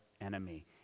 enemy